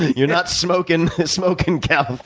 you're not smoking smoking cal.